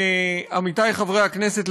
עמיתי חברי הכנסת,